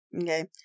okay